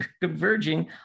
converging